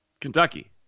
Kentucky